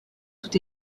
tout